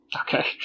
Okay